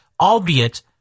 albeit